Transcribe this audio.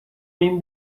این